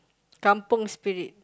kampung Spirit